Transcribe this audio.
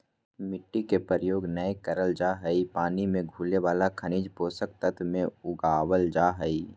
मिट्टी के प्रयोग नै करल जा हई पानी मे घुले वाला खनिज पोषक तत्व मे उगावल जा हई